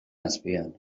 azpian